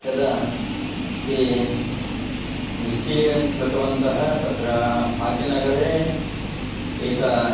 तदा ते निश्चयं कृतवन्तः तत्र भाग्यनगरे एका